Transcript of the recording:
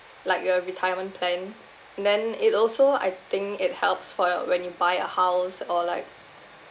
like your retirement plan then it also I think it helps for your when you buy a house or like